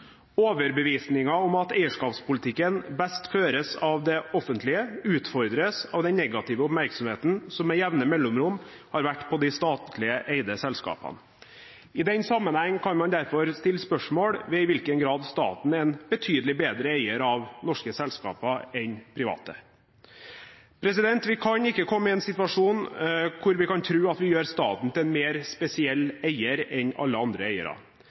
om at eierskapspolitikken best føres av det offentlige, utfordres av den negative oppmerksomheten som med jevne mellomrom har vært på de statlig eide selskapene. I den sammenheng kan man derfor stille spørsmål ved i hvilken grad staten er en betydelig bedre eier av norske selskaper enn private. Vi kan ikke komme i en situasjon hvor vi kan tro at vi gjør staten til en mer spesiell eier enn alle andre eiere.